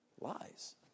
lies